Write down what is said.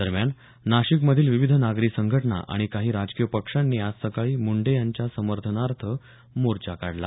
दरम्यान नाशिक मधील विविध नागरी संघटना आणि काही राजकीय पक्षांनी आज सकाळी मुंढे यांच्या समर्थनार्थ मोर्चा काढला